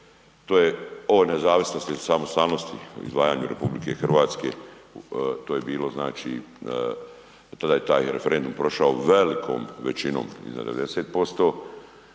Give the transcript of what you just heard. to je o nezavisnosti i samostalnosti izdvajanja RH, to je bilo tada je taj referendum prošao velikom većinom iznad 90%